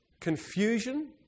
confusion